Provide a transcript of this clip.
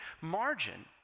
margin